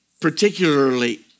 particularly